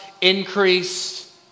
increase